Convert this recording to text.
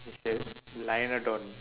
is a lionlodon